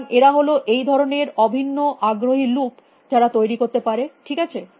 সুতরাং এরা হল এই ধরনের বিভিন্ন আগ্রহী লুপ যারা তৈরী করতে পারে ঠিক আছে